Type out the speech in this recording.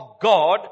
God